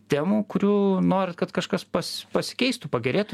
temų kurių norit kad kažkas pas pasikeistų pagerėtų